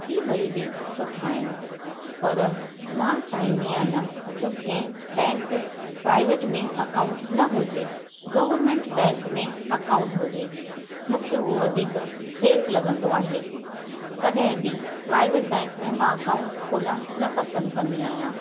ही ॿई बि सुठा आहिनि पर मां चाहींदी आहियां त कंहिं बैंक प्राइवेट में अकाउंट न हुजे गोरमेंट बैंक में अकाउंट हुजे मूंखे उहो वधीक सेफ लॻंदो आहे कॾहिं बि मां प्राइवेट बैंक में अकाउंट न खोलणु पसंदि कंदी आहियां